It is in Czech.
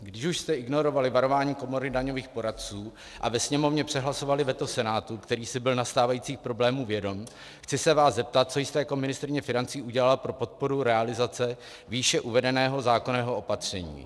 Když už jste ignorovali varování Komory daňových poradců a ve Sněmovně přehlasovali veto Senátu, který si byl nastávajících problémů vědom, chci se vás zeptat, co jste jako ministryně financí udělala pro podporu realizace výše uvedeného zákonného opatření.